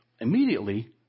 immediately